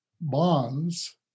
bonds